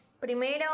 Primero